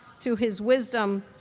through his wisdom,